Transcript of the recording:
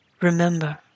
Remember